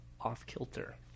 off-kilter